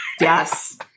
yes